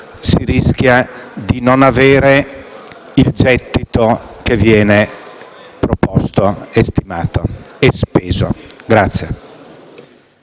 si rischia di non avere il gettito che viene proposto, stimato e speso.